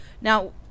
Now